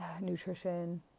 nutrition